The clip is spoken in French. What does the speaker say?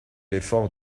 effort